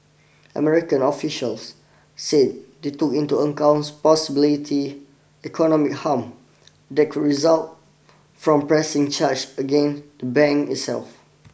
American officials said they took into accounts possibility economic harm that could result from pressing charge again the bank itself